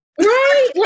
Right